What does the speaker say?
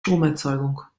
stromerzeugung